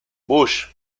bush